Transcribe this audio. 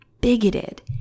bigoted